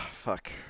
fuck